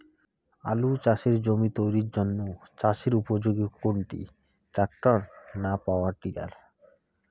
আলু চাষের জমি তৈরির জন্য চাষের উপযোগী কোনটি ট্রাক্টর না পাওয়ার টিলার?